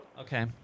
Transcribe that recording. Okay